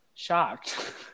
Shocked